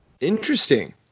Interesting